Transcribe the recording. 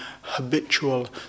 habitual